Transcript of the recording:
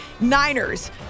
Niners